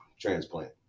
transplant